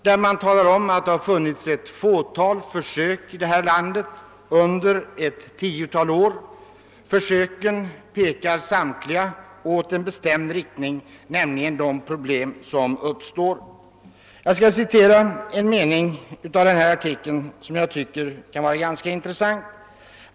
Där talar man om att det har förekommit ett fåtal försök i detta land under ett tiotal år. Försöken pekar samtliga i en bestämd riktning och belyser de problem som uppstår. Jag skall citera en mening i denna artikel som jag tycker kan vara ganska intressant.